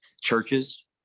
churches